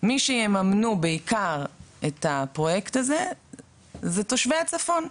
מי שיממנו בעיקר את הפרויקט הזה הם תושבי הצפון,